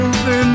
Over